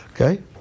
Okay